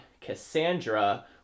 Cassandra